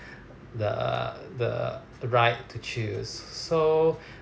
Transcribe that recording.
the the right to choose so